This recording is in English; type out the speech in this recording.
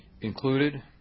Included